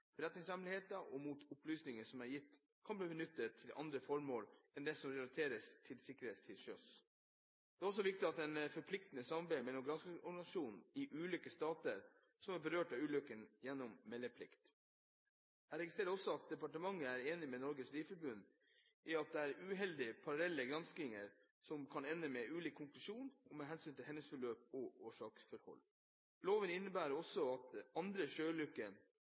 og det at opplysninger som er gitt, kan bli benyttet til andre formål enn det som relateres til sikkerheten til sjøs. Det er også viktig med et forpliktende samarbeid mellom granskingsorganer i ulike stater som er berørt av ulykken, gjennom meldeplikt. Jeg registrerer også at departementet er enig med Norges Rederiforbund i at det er uheldig med parallelle granskinger, som kan ende med ulik konklusjon med hensyn til hendelsesforløp og årsaksforhold. Loven innebærer også at for andre